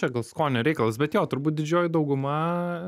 čia gal skonio reikalas bet jo turbūt didžioji dauguma